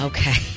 Okay